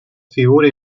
figura